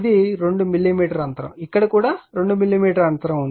ఇది 2 మిల్లీమీటర్అంతరం ఇక్కడ కూడా 2 మిల్లీమీటర్ అంతరం ఉంది